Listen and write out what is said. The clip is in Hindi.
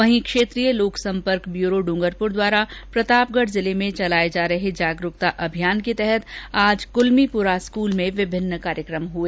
वहीं क्षेत्रीय लोक संपर्क ब्यूरो डूंगरपुर द्वारा प्रतापगढ़ जिले में चलाए जा रहे जागरूकता अभियान के तहत आज कुलमीपुरा स्कूल में विभिन्न कार्यक्रम हुए